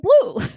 blue